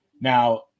Now